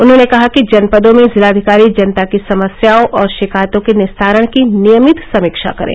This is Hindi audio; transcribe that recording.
उन्होंने कहा कि जनपदों में जिलाधिकारी जनता की समस्याओं और शिकायतों के निस्तारण की नियमित समीक्षा करें